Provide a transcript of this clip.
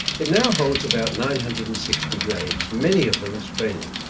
it now holds about nine hundred and sixty graves, many of them australian.